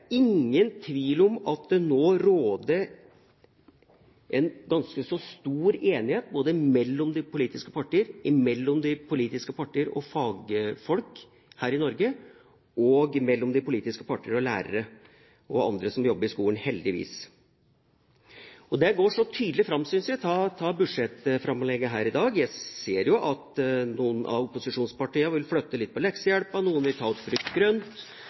ingen tvil om at det nå råder en ganske stor enighet både mellom de politiske partier, mellom de politiske partier og fagfolk her i Norge, og mellom de politiske partier og lærere og andre som jobber i skolen – heldigvis. Det synes jeg går tydelig fram av budsjettinnstillingen her i dag. Jeg ser jo at noen av opposisjonspartiene vil flytte litt på leksehjelp, noen vil ta ut frukt og grønt,